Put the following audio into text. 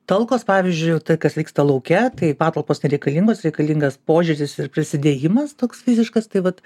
talkos pavyzdžiui tai kas vyksta lauke tai patalpos nereikalingos reikalingas požiūris ir prisidėjimas toks fiziškas tai vat